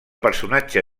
personatge